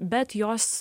bet jos